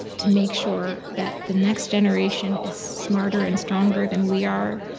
to make sure that the next generation is smarter and stronger than we are,